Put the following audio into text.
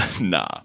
Nah